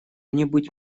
нибудь